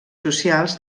socials